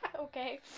Okay